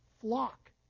flock